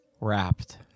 wrapped